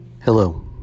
Hello